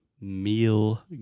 meal